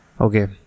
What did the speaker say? Okay